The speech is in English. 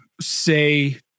say